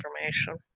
information